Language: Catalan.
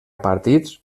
partits